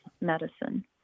medicine